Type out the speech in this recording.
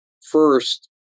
First